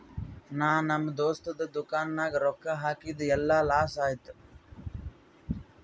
ನಾ ನಮ್ ದೋಸ್ತದು ದುಕಾನ್ ನಾಗ್ ರೊಕ್ಕಾ ಹಾಕಿದ್ ಎಲ್ಲಾ ಲಾಸ್ ಆಯ್ತು